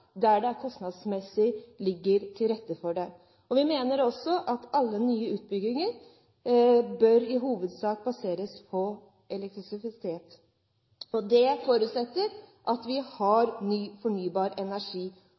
der det kostnadsmessig ligger til rette for det. Vi mener også at alle nye utbygginger i hovedsak bør baseres på elektrisitet. Det forutsetter at vi har ny fornybar energi,